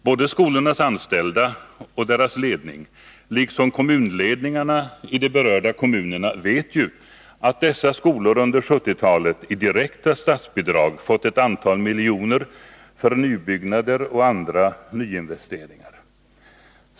Både anställda och ledning vid skolorna, liksom kommunledningarna i de berörda kommunerna, vet ju att dessa skolor under 1970-talet i direkta statsbidrag fått ett antal miljoner för nybyggnader och andra nyinvesteringar.